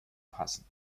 passen